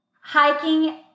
hiking